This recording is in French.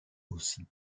aussi